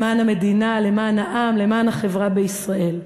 למען המדינה, למען העם, למען החברה בישראל,